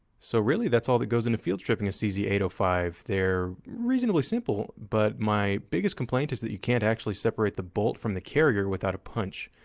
so really, that's all that goes into field stripping a c z eight zero five. they're reasonably simple, but my biggest complaint is that you can't actually separate the bolt from the carrier without a punch.